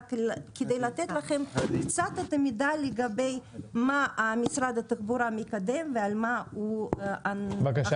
רק על מנת לתת לכם קצת את המידע לגבי מה משרד מקדם ועל מה הוא אחראי.